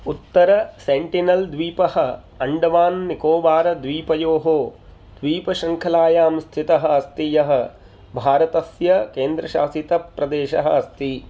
उत्तरसेन्टिनल् द्वीपः अण्डमान् निकोबारद्वीपयोः द्वीपशृङ्खलायां स्थितः अस्ति यः भारतस्य केन्द्रशासितप्रदेशः अस्ति